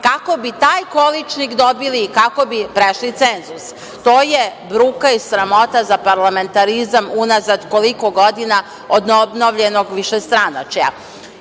kako bi taj količnik dobili i kako bi prešli cenzus. To je bruka i sramota za parlamentarizam unazad koliko godina obnovljenog višestranačja. Sada